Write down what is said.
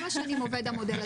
היית מוותרת לו, שתהיי בריאה.